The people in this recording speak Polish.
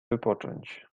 wypocząć